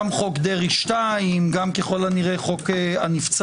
גם חוק דרעי 2, גם ככל הנראה חוק הנבצרות.